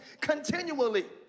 continually